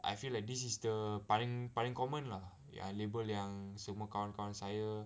I feel like this is the paling paling common lah yang label yang semua kawan-kawan saya